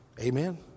Amen